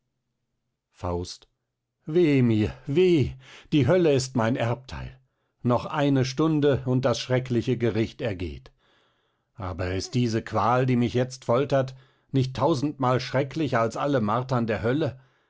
faust weh mir weh die hölle ist mein erbtheil noch eine stunde und das schrecklichste gericht ergeht aber ist diese qual die mich jetzt foltert nicht tausendmal schrecklicher als alle martern der hölle